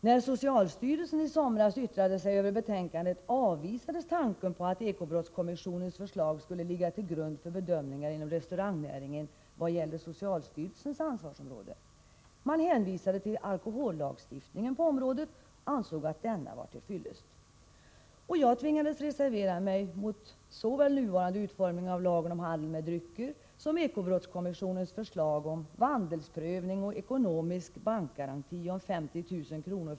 När socialstyrelsen i somras yttrade sig över betänkandet avvisades tanken på att ekobrottskommissionens förslag skulle ligga till grund för bedömningar inom restaurangnäringen vad gällde socialstyrelsens ansvarsområde. Man hänvisade till alkohollagstiftningen på området och ansåg att denna var till fyllest. Jag tvingades reservera mig mot såväl nuvarande utformning av lagen om handel med drycker som ekobrottskommissionens förslag om vandelsprövning och ekonomisk bankgaranti om 50 000 kr.